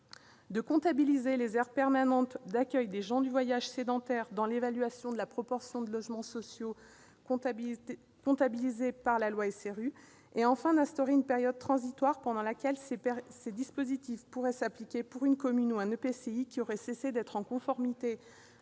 de comptabiliser les aires permanentes d'accueil des gens du voyage sédentaires dans l'évaluation de la proportion de logements sociaux comptabilisés en application de la loi SRU et, enfin, d'instaurer une période transitoire pendant laquelle ces dispositifs pourraient s'appliquer pour une commune ou un EPCI qui aurait cessé d'être en conformité